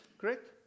correct